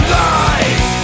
lies